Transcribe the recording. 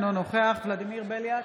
אינו נוכח ולדימיר בליאק,